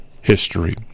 history